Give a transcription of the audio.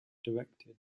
directed